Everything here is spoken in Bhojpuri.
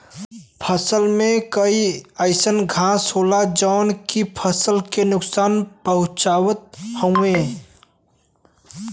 फसल में कई अइसन घास होला जौन की फसल के नुकसान पहुँचावत हउवे